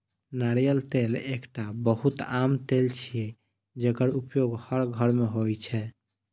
नारियल तेल एकटा बहुत आम तेल छियै, जेकर उपयोग हर घर मे होइ छै